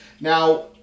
Now